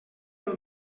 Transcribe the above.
del